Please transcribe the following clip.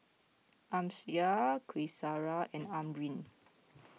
Amsyar Qaisara and Amrin